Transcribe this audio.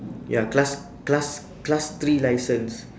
ya class class class three licence